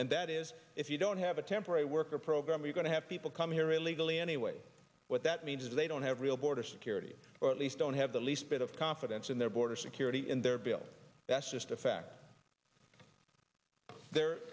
and that is if you don't have a temporary worker program you're going to have people come here illegally anyway what that means is they don't have real border security or at least don't have the least bit of confidence in their border security in their bill that's just a fact there